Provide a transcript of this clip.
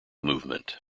movement